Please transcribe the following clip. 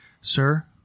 sir